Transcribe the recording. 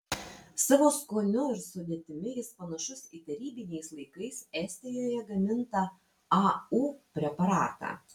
savo skoniu ir sudėtimi jis panašus į tarybiniais laikais estijoje gamintą au preparatą